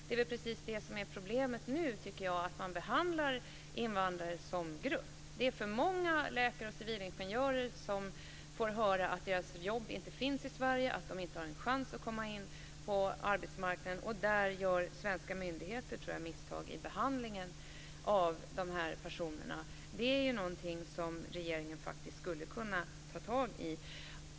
Det är väl precis det som är problemet nu: att man behandlar invandrare som grupp. Det är för många läkare och civilingenjörer som får höra att deras jobb inte finns i Sverige och att de inte har en chans att komma in på arbetsmarknaden. Där tror jag att svenska myndigheter gör misstag i behandlingen av dessa personer. Det är någonting som regeringen faktiskt skulle kunna ta tag i.